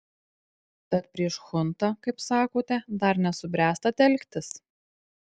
tad prieš chuntą kaip sakote dar nesubręsta telktis